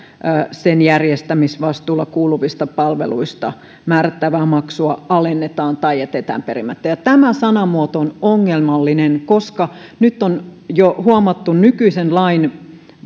sen järjestämisvastuulle kuuluvista palveluista määrättävää maksua alennetaan tai se jätetään perimättä tämä sanamuoto on ongelmallinen koska nyt on jo huomattu nykyisen lain